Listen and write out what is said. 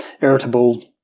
irritable